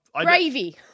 Gravy